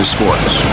Sports